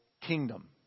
kingdom